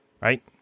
right